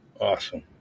Awesome